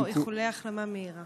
נאחל לו איחולי החלמה מהירה